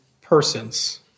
persons